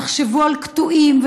תחשבו על קטועים,